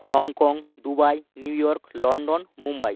Hong Kong Dubai New York London Mumbai